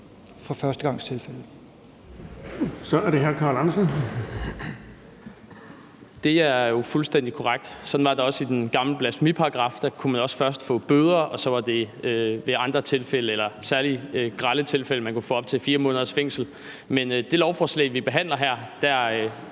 er det hr. Carl Andersen. Kl. 13:52 Carl Andersen (LA): Det er jo fuldstændig korrekt. Sådan var det også i den gamle blasfemiparagraf. Der kunne man også først få bøder, og så var det i særlig grelle tilfælde, at man kunne få op til 4 måneders fængsel. Men med det lovforslag, vi behandler her, kan